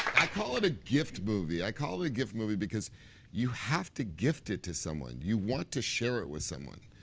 i call it a gift movie. i call it a gift movie because you have to gift it to someone. you want to share it with someone.